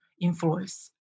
influence